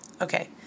Okay